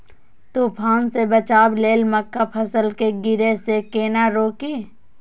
तुफान से बचाव लेल मक्का फसल के गिरे से केना रोकी?